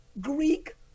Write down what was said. greek